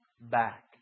back